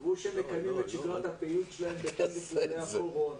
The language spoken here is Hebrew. יראו שהם מקיימים את שגרת הפעילות שלהם בהתאם לכללי הקורונה.